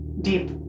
deep